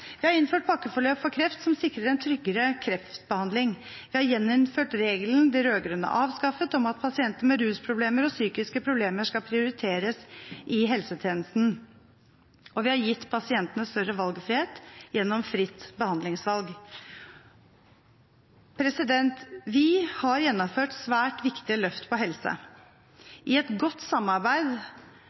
Vi har innført pakkeforløp for kreft, som sikrer en tryggere kreftbehandling. Vi har gjeninnført regelen de rød-grønne avskaffet, om at pasienter med rusproblemer og psykiske problemer skal prioriteres i helsetjenesten. Og vi har gitt pasientene større valgfrihet gjennom fritt behandlingsvalg. Vi har gjennomført svært viktige løft for helse i et godt samarbeid